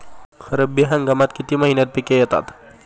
रब्बी हंगामात किती महिन्यांत पिके येतात?